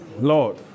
Lord